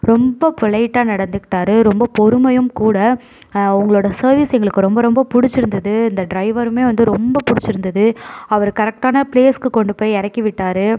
ரொம்ப பொலைட்டாக நடந்துகிட்டார் ரொம்ப பொறுமையும் கூட உங்களோட சர்வீஸ் எங்களுக்கு ரொம்ப ரொம்ப பிடுச்சிருந்துது இந்த டிரைவருமே வந்து ரொம்ப பிடுச்சிருந்துது அவரு கரெக்ட்டான பிளேஸ்க்கு கொண்டு போய் இறக்கி விட்டார்